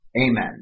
Amen